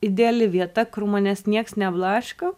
ideali vieta kur manęs nieks neblaško